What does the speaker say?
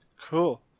Cool